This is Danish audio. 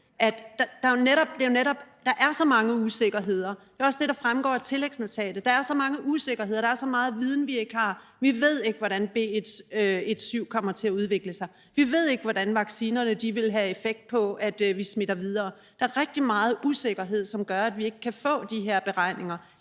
at der jo netop er så mange usikkerheder. Det er også det, der fremgår at tillægsnotatet. Der er så mange usikkerheder; der er så meget viden, vi ikke har. Vi ved ikke, hvordan B117 kommer til at udvikle sig. Vi ved ikke, hvilken effekt vaccinerne har på, at vi smitter videre. Der er rigtig meget usikkerhed, som gør, at vi ikke kan få de her beregninger.